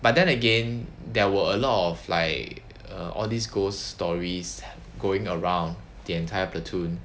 but then again there were a lot of like err all these ghost stories going around the entire platoon